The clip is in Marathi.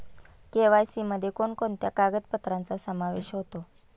के.वाय.सी मध्ये कोणकोणत्या कागदपत्रांचा समावेश होतो?